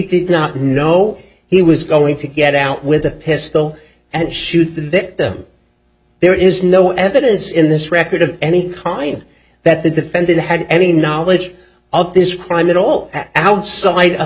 did not know he was going to get out with a pistol and shoot the victim there is no evidence in this record of any crime that the defendant had any knowledge of this crime at all outside